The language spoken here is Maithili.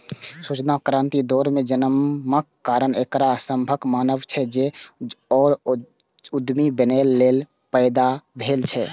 सूचना क्रांतिक दौर मे जन्मक कारण एकरा सभक मानब छै, जे ओ उद्यमी बनैए लेल पैदा भेल छै